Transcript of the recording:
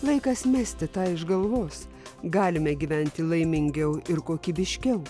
laikas mesti tą iš galvos galime gyventi laimingiau ir kokybiškiau